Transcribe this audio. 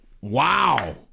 Wow